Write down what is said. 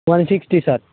one sixty sir